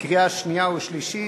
קריאה שנייה ושלישית.